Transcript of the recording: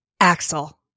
Axel